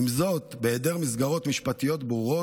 עם זאת, בהיעדר מסגרות משפטיות ברורות,